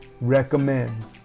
recommends